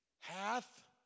hath